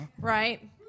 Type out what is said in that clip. Right